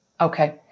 Okay